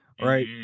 right